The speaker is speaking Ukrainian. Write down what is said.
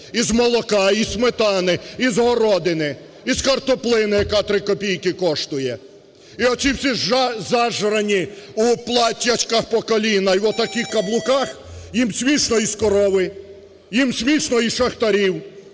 з молока, зі сметани, з городини, з картоплини, яка 3 копійки коштує. І оці всі зажрані у платтячках по коліна і в таких каблуках, їм смішно і з корови, їм смішно із шахтарів,